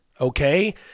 okay